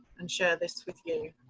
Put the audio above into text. and share this with you.